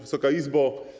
Wysoka Izbo!